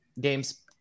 games